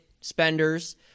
spenders